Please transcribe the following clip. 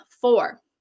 four